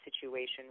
situation